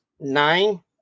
Nine